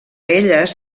elles